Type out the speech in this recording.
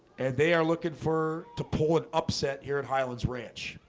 and they are looking for to pull an upset here at highlands ranch.